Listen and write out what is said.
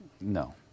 No